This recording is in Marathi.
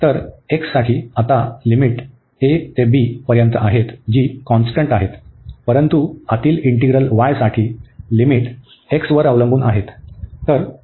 तर x साठी आता लिमिट a ते b पर्यंत आहेत जी कॉन्स्टंट आहेत परंतु आतील इंटीग्रल y साठी लिमिट x वर अवलंबून आहेत